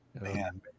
Man